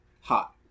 hot